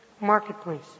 marketplace